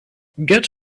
get